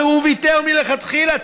הרי הוא ויתר מלכתחילה.